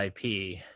IP